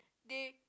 they